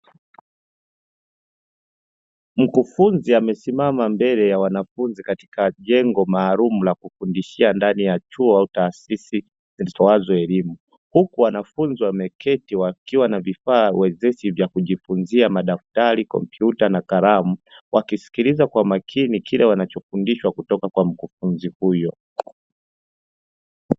Mkufunzi amesimama mbele ya wanafunzi katika jengo maalumu la kufundishia ndani ya chuo au taasisi zitoazo elimu, huku wanafunzi wameketi wakiwa na vifaa wezeshi vya kujifunzia madaftari, kompyuta, na kalamu wakiskiliza kwa umakini kile wanachofundishwa kutoka kwa mkufunzi huyo.